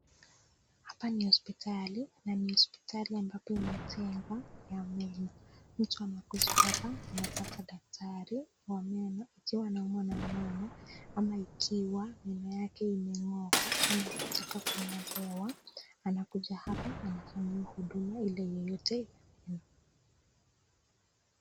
Hapa ni hospitali, na ni hosipitali ambapo imetengwa ya meno. Mtu anakuja hapa anapata daktari wa meno akiwa anaumwa na meno ama ikiwa meno yake imengoka ama yataka kungolewa, anakuja hapa anafanyiwa huduma Ile yeyote .